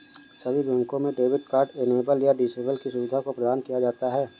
सभी बैंकों में डेबिट कार्ड इनेबल या डिसेबल की सुविधा को प्रदान किया जाता है